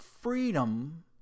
Freedom